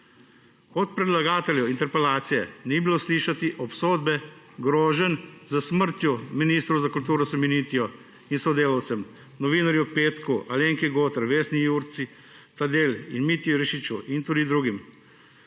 Od predlagateljev interpelacije ni bilo slišati obsodbe groženj s smrtjo ministru za kulturo Simonitiju in sodelavcem, novinarju Petku, Alenki Gotar, Vesni Jurca Tadel, Mitji Iršiču in tudi drugim.